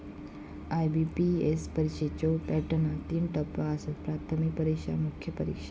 IBPS परीक्षेच्यो पॅटर्नात तीन टप्पो आसत, प्राथमिक परीक्षा, मुख्य परीक्षा